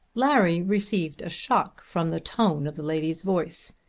larry received a shock from the tone of the lady's voice.